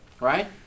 right